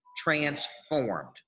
Transformed